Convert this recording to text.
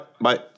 Bye